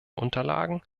unterlagen